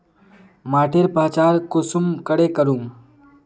माटिर पहचान कुंसम करे करूम?